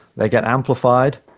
they get amplified,